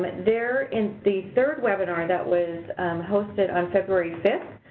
they're in the third webinar that was hosted on february fifth,